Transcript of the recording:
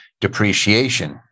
depreciation